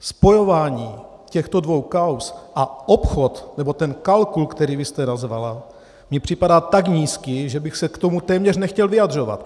Spojování těchto dvou kauz a obchod, nebo ten kalkul, který vy jste nazvala, mi připadá tak nízký, že bych se k tomu téměř nechtěl vyjadřovat.